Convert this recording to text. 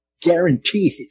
guaranteed